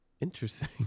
interesting